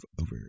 Over